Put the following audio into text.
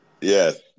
Yes